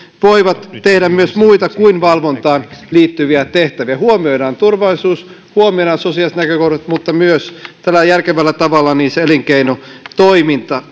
voivat tehdä myös muita kuin valvontaan liittyviä tehtäviä huomioidaan turvallisuus huomioidaan sosiaaliset näkökohdat mutta tällä järkevällä tavalla myös se elinkeinotoiminta